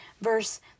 verse